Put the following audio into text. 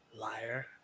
Liar